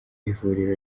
ivuriro